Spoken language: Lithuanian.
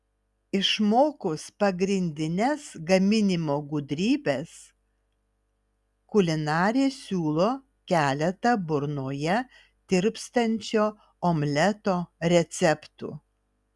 išmokus pagrindines gaminimo gudrybes kulinarė siūlo keletą burnoje tirpstančio omleto receptų